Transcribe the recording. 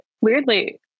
Weirdly